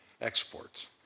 exports